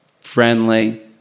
friendly